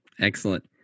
excellent